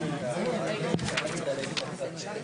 ננעלה בשעה